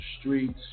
streets